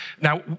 now